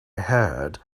heard